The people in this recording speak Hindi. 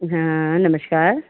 हाँ नमस्कार